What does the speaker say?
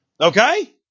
Okay